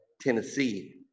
Tennessee